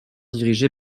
dirigée